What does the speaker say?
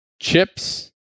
Chips